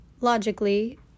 logically